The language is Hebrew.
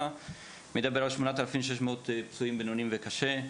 מדברת על 8,600 פצועים בינוני וקשה.